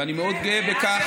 ואני מאוד גאה בכך,